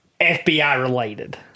FBI-related